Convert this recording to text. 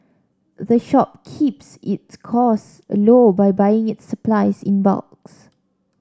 the shop keeps its cost low by buying its supplies in bulks